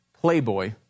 playboy